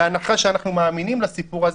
בהנחה שאנחנו מאמינים לסיפור הזה,